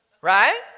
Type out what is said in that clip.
Right